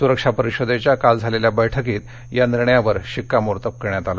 सुरक्षा परिषदेच्या काल झालेल्या बैठकीत या निर्णयावर शिक्कामोर्तब करण्यात आलं